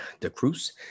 DeCruz